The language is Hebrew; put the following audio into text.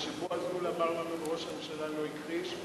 מה שבועז נול אמר לנו וראש הממשלה לא הכחיש,